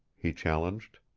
he challenged.